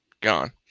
gone